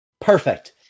Perfect